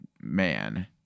man